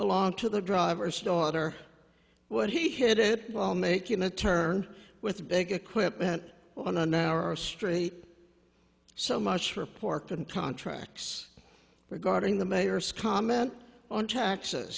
belonged to the driver's daughter what he hid it well making a turn with big equipment on an hour straight so much for pork and contracts regarding the mayor's comment on taxes